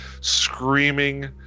screaming